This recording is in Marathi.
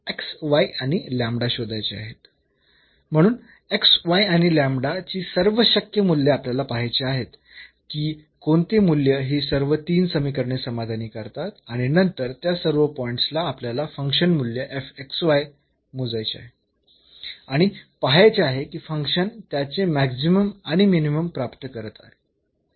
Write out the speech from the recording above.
म्हणून आणि ची सर्व शक्य मूल्ये आपल्याला पहायची आहेत की कोणती मूल्ये ही सर्व तीन समीकरणे समाधानी करतात आणि नंतर त्या सर्व पॉईंट्स ला आपल्याला फंक्शन मूल्य मोजायचे आहे आणि पहायचे आहे की फंक्शन त्याचे मॅक्सिमम आणि मिनिमम प्राप्त करत आहे